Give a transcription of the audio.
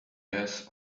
yes